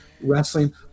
wrestling